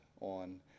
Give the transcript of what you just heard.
on